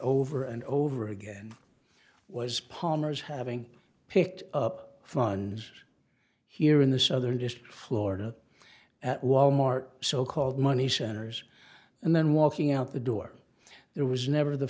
over and over again was palmer's having picked up funds here in the southern district of florida at wal mart so called money centers and then walking out the door there was never the